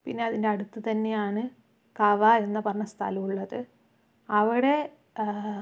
പിന്നെ അതിൻ്റെ അടുത്ത് തന്നെയാണ് കാവ എന്ന് പറഞ്ഞ സ്ഥലമുള്ളത് അവിടെ